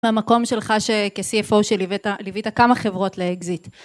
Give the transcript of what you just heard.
מהמקום שלך ש... כ-CFO, שליווית, ליווית כמה חברות לאקזיט.